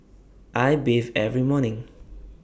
I bathe every morning